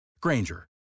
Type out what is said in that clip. Granger